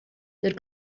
der